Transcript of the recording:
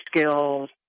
skills